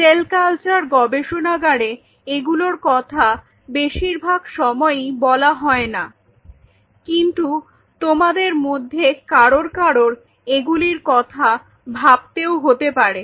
sell culture গবেষণাগারে এগুলোর কথা বেশিরভাগ সময়ই বলা হয় না কিন্তু তোমাদের মধ্যে কারোর কারোর এগুলির কথা ভাবতেও হতে পারে